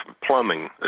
plumbing